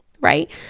right